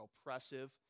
oppressive